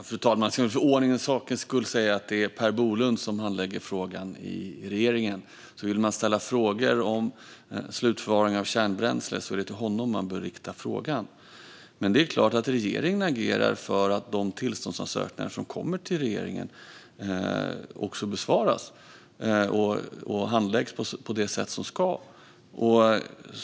Fru talman! För ordningens och sakens skull ska jag säga att det är Per Bolund som handlägger frågan i regeringen. Vill man ställa frågor om slutförvaring av kärnbränsle är det till honom som man bör rikta frågan. Det är klart att regeringen agerar för att de tillståndsansökningar som kommer till regeringen också besvaras och handläggs på det sätt som ska göras.